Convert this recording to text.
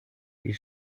die